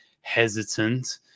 hesitant